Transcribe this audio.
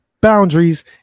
boundaries